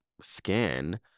skin